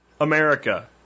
America